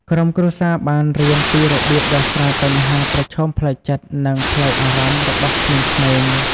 ក្រុមគ្រួសារបានរៀនពីរបៀបដោះស្រាយបញ្ហាប្រឈមផ្លូវចិត្ត និងផ្លូវអារម្មណ៍របស់ក្មេងៗ។